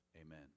Amen